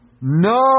No